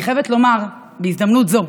אני חייבת לומר בהזדמנות זו